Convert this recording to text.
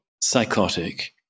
psychotic